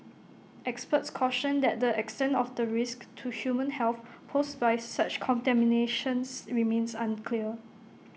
experts cautioned that the extent of the risk to human health posed by such contaminations remains unclear